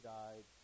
died